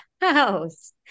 house